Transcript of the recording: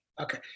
Okay